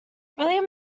william